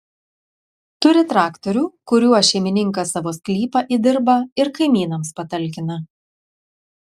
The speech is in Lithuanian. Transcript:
turi traktorių kuriuo šeimininkas savo sklypą įdirba ir kaimynams patalkina